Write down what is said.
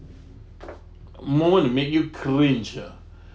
moment that made you cringe ah